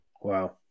Wow